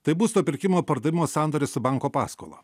tai būsto pirkimo pardavimo sandoris su banko paskola